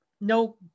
no